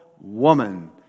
woman